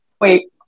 Wait